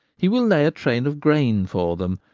he will lay a train of grain for them,